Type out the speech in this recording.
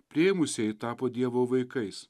priėmusieji tapo dievo vaikais